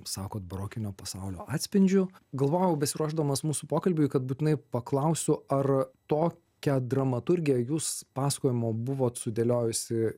sakot barokinio pasaulio atspindžiu galvojau besiruošdamas mūsų pokalbiui kad būtinai paklausiu ar tokią dramaturgiją jūs pasakojimo buvot sudėliojusi